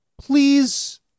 please